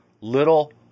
Little